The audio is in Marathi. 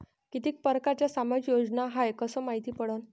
कितीक परकारच्या सामाजिक योजना हाय कस मायती पडन?